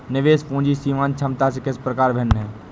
निवेश पूंजी सीमांत क्षमता से किस प्रकार भिन्न है?